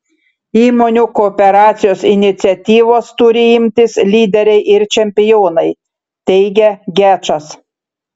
įmonių kooperacijos iniciatyvos turi imtis lyderiai ir čempionai teigia gečas